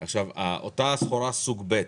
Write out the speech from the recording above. אותה סחורה סוג ב',